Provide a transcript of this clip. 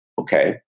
okay